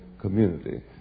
community